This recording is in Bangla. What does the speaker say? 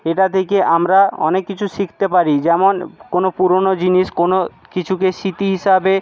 এটা থেকে আমরা অনেক কিছু শিখতে পারি যেমন কোনো পুরোনো জিনিস কোনো কিছুকে স্মৃতি হিসাবে